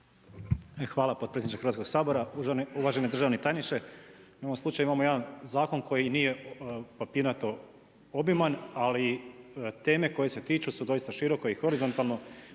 Hvala potpredsjedniče Hrvatskog sabora. Uvaženi tajniče, imamo jedan zakon koji nije papirnato obiman, ali teme koje se tiču, su doista široko i horizontalno,